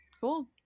Cool